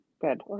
good